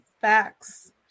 facts